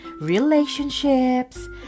relationships